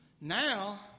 Now